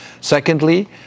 Secondly